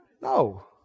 no